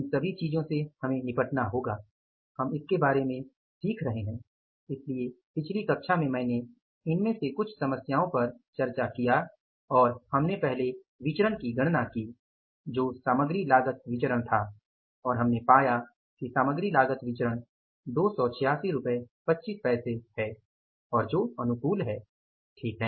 इन सभी चीजों से हमें निपटना होगा हम इसके बारे में सीख रहे हैं इसलिए पिछली कक्षा में मैंने इनमें से कुछ समस्याओं पर चर्चा की और हमने पहले विचरण की गणना की जो सामग्री लागत विचरण था और हमने पाया कि सामग्री लागत विचरण 28625 है जो अनुकूल है सही है